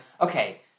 Okay